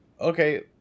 okay